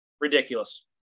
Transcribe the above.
Ridiculous